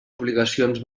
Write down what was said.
obligacions